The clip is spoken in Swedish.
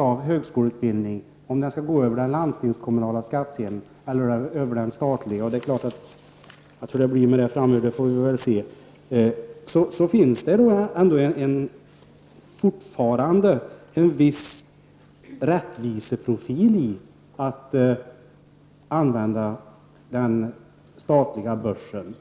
om högskoleutbildning skall finansieras över den landstingskommunala skatten eller över den statliga, finns det fortfarande en viss rättviseprofil i att använda den statliga börsen.